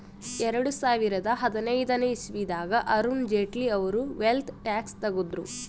ಎರಡು ಸಾವಿರದಾ ಹದಿನೈದನೇ ಇಸವಿನಾಗ್ ಅರುಣ್ ಜೇಟ್ಲಿ ಅವ್ರು ವೆಲ್ತ್ ಟ್ಯಾಕ್ಸ್ ತಗುದ್ರು